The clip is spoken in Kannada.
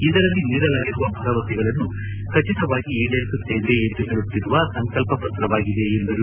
ಇದರಲ್ಲಿ ನೀಡಲಾಗಿರುವ ಭರವಸೆಗಳನ್ನು ಖಚಿತವಾಗಿ ಈಡೇರಿಸುತ್ತೇವೆ ಎಂದು ಹೇಳುತ್ತಿರುವ ಸಂಕಲ್ಪ ಪ್ರತವಾಗಿದೆ ಎಂದರು